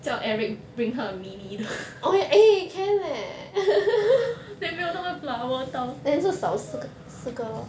叫 eric bring 他的 mini 的 then 没有那个 flower tile